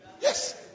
Yes